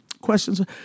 questions